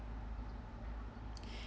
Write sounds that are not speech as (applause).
(breath)